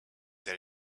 that